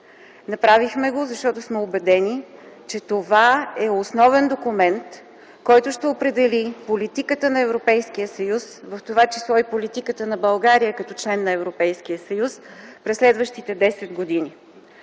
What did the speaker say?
Направихме го, защото сме убедени, че това е основен документ, който ще определи политиката на Европейския съюз, в това число и политиката на България като член на Европейския съюз през следващите десет години.